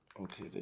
okay